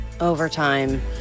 Overtime